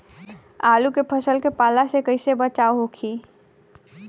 आलू के फसल के पाला से कइसे बचाव होखि?